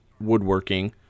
woodworking